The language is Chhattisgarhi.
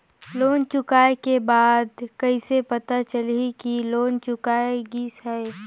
लोन चुकाय के बाद कइसे पता चलही कि लोन चुकाय गिस है?